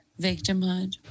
victimhood